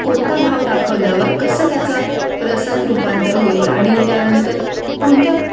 कोणता भाव दाखवल्यावर कसं त्याचं रसात रूपांतर होईल आणि त्यानंतर कोणत्या